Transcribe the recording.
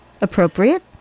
appropriate